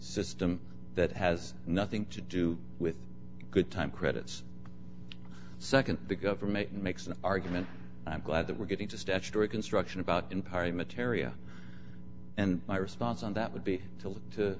system that has nothing to do with good time credits nd the government makes an argument i'm glad that we're getting to statutory construction about in part metairie and my response on that would be to